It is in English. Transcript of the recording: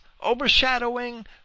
overshadowing